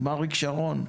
אם אריק שרון,